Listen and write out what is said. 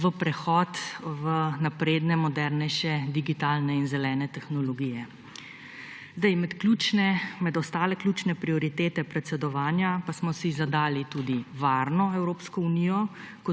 v prehod v napredne, modernejše, digitalne in zelene tehnologije. Med ostale ključne prioritete predsedovanja pa smo si zadali tudi varno Evropsko unijo